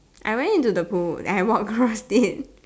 I went into the pool and I walk across it